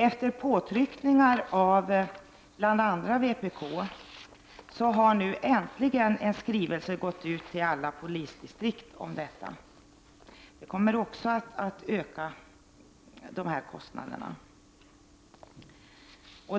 Efter påtryckningar från bl.a. vpk har nu äntligen en skrivelse gått ut till alla polisdistrikt om detta. Det kommer också att öka kostnaderna.